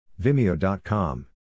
Vimeo.com